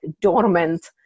dormant